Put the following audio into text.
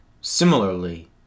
Similarly